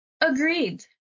Agreed